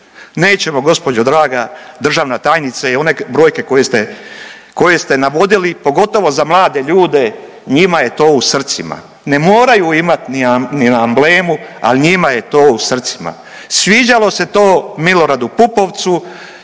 Nećemo, gđo draga državna tajnice, one brojke koje ste navodili, pogotovo za mlade ljude, njima je to u srcima. Ne moraju imati ni na amblemu, ali njima je to u srcima, sviđalo se to Miloradu Pupovcu,